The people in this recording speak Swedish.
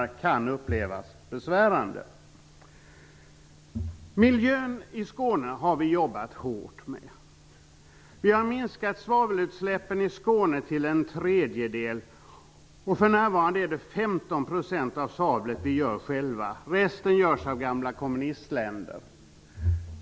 Det kan upplevas besvärande för stockholmare. Vi har jobbat hårt med miljön i Skåne. Vi har minskat svavelutsläppen i Skåne till en tredjedel. För närvarande kommer 15 % av svavlet från oss själva. Resten kommer från gamla kommunistländer.